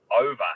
over